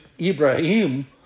Ibrahim